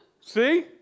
See